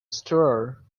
stir